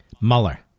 Mueller